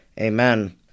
Amen